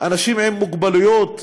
אנשים עם מוגבלויות.